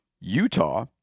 Utah